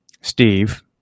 steve